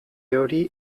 hori